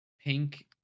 pink